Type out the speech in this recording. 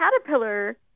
caterpillar